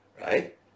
right